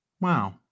wow